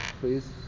Please